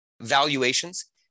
Valuations